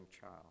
child